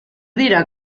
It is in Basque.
dira